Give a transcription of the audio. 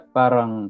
parang